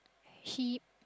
he